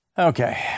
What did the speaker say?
Okay